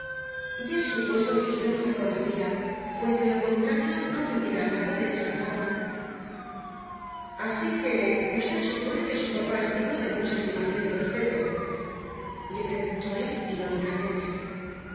ya he supuesto que usted no me conocía pues de lo contrario no me hubiera hablado de esa forma así que usted supone que su papá es digno de mucha estimación y respeto le preguntó él irónicamente